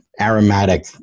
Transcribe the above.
aromatic